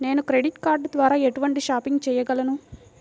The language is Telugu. నేను క్రెడిట్ కార్డ్ ద్వార ఎటువంటి షాపింగ్ చెయ్యగలను?